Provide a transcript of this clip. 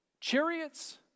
Chariots